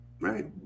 Right